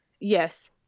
Yes